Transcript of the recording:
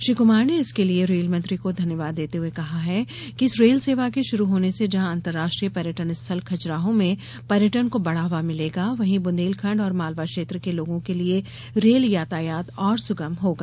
श्री कुमार ने इसके लिए रेलमंत्री को धन्यवाद देते हुए कहा है कि इस रेल सेवा के शुरू होने से जहां अंतर्राष्ट्रीय पर्यटनस्थल खजुराहो मे पर्यटन को बढ़ावा मिलेगा वहीं बुन्देलखण्ड और मालवा क्षेत्र के लोगों के लिए रेल यातायात और सुगम होगा